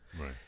right